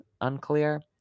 Unclear